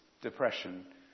depression